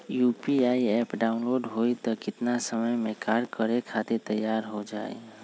UPI app download होई त कितना समय मे कार्य करे खातीर तैयार हो जाई?